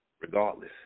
regardless